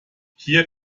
hier